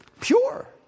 pure